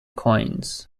coins